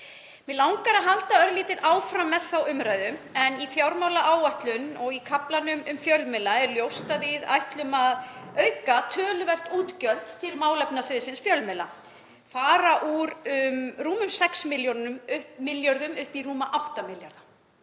Mig langar að halda örlítið áfram með þá umræðu. Í fjármálaáætlun og í kaflanum um fjölmiðla er ljóst að við ætlum að auka töluvert útgjöld til málefnasviðsins fjölmiðla, fara úr rúmum 6 milljörðum upp í rúma 8 milljarða.